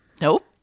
Nope